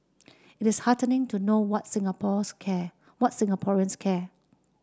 it is heartening to know what Singapore's care what Singaporeans care